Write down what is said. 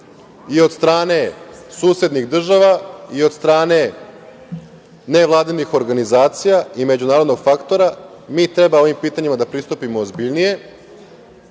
i od strane susednih država i od strane nevladinih organizacija i međunarodnog faktora, mi treba ovim pitanjima da pristupimo ozbiljnije,